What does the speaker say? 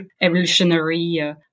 evolutionary